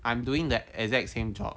I am doing that exact same job